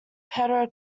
pedro